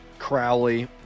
Crowley